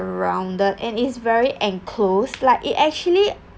surrounded and is very and close like it actually